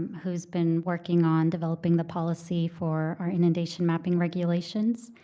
who has been working on developing the policy for our inundation mapping regulations.